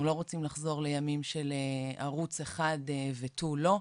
אנחנו לא רוצים לחזור לימים של ערוץ אחד ותו לא,